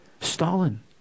Stalin